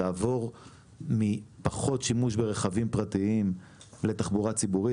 לעבור מפחות שימוש ברכבים פרטיים לתחבורה ציבורית,